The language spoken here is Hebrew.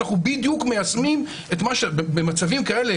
אנחנו בדיוק מיישמים במצבים כאלה